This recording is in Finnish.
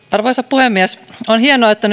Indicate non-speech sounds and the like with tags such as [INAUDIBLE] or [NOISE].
[UNINTELLIGIBLE] arvoisa puhemies on hienoa että [UNINTELLIGIBLE]